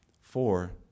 Four